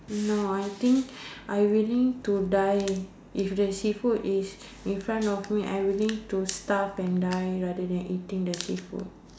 no I think I willing to die if the seafood is in front of me I willing to starve and die rather than eating the seafood